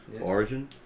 origin